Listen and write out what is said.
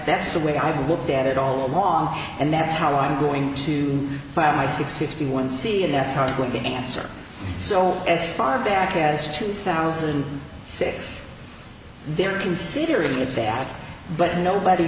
that's the way i've looked at it all along and that's how i'm going to fight my six fifty one c and that's how i'm going to answer so as far back as two thousand and six they're considering if that but nobody